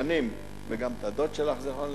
שנים, וגם את הדוד שלך, זכרו לברכה.